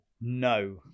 no